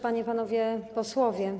Panie i Panowie Posłowie!